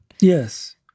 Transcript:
Yes